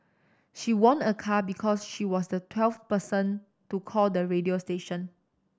she won a car because she was the twelfth person to call the radio station